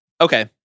Okay